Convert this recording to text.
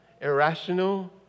Irrational